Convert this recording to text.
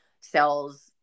sells